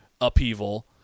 upheaval